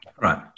Right